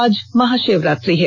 आज महाशिवरात्रि है